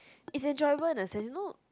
is enjoyable in the sense you know